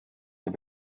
der